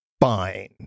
fine